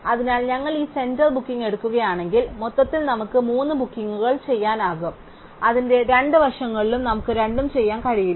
അതിനാൽ ഞങ്ങൾ ഈ സെന്റർ ബുക്കിംഗ് എടുക്കുകയാണെങ്കിൽ മൊത്തത്തിൽ നമുക്ക് മൂന്ന് ബുക്കിംഗുകൾ ചെയ്യാനാകും അതിന്റെ രണ്ട് വശങ്ങളിലും നമുക്ക് രണ്ടും ചെയ്യാൻ കഴിയില്ല